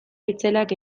itzelak